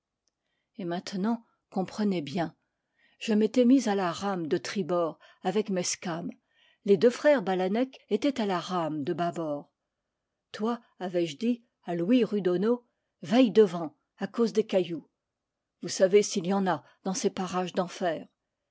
et maintenant comprenez bien je m'étais mis à la rame de tribord avec mezcam les deux frères balanec étaient à la rame de bâbord toi avais-je dit à louis rudono veille devant à cause des cailloux vous savez s'il y en a dans ces parages